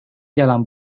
gelen